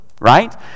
Right